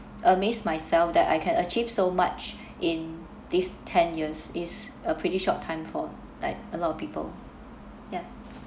amazed myself that I can achieve so much in these ten years it's a pretty short time for like a lot of people ya